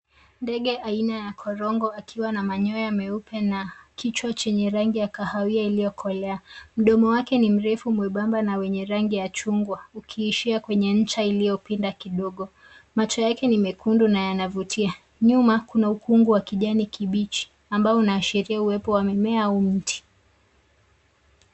Ndege aina ya korongo akiwa na manyo meupe na kichwa chenye rangi ya kahawia kilichoangaliwa juu. Mdomo wake mrefu, mwembamba, wenye rangi ya chungwa, ukielekea kwenye ncha iliyopinda kidogo. Macho yake mekundu na yanavutia. Nyuma kuna ukungu wa kijani kibichi unaoashiria uwepo wa mimea.